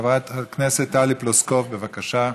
חברת הכנסת טלי פלוסקוב, בבקשה.